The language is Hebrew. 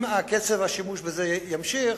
אם קצב השימוש יימשך,